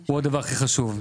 הוא הדבר הכי חשוב.